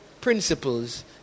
principles